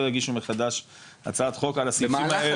יגישו מחדש הצעת חוק על הסעיפים האלו.